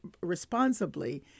responsibly